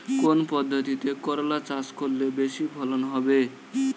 কোন পদ্ধতিতে করলা চাষ করলে বেশি ফলন হবে?